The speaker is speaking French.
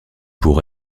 pour